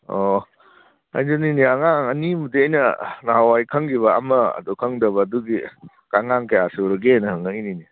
ꯑꯣ ꯑꯩꯁꯨꯅꯤꯅꯦ ꯑꯉꯥꯡ ꯑꯅꯤꯕꯨꯗꯤ ꯑꯩꯅ ꯅꯍꯥꯟꯋꯥꯏ ꯈꯪꯒꯤꯕ ꯑꯃꯗꯣ ꯈꯪꯗꯕ ꯑꯗꯨꯒꯤ ꯑꯉꯥꯡ ꯀꯌꯥ ꯁꯨꯔꯒꯦꯅ ꯍꯪꯉꯛꯏꯅꯤꯅꯦ